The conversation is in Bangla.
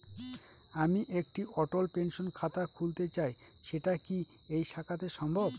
আমি একটি অটল পেনশন খাতা খুলতে চাই সেটা কি এই শাখাতে সম্ভব?